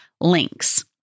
links